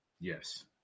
Yes